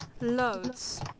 loads